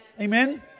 Amen